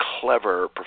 clever